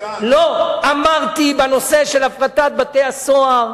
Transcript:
אמרתי שבנושא של הפרטת בתי-הסוהר,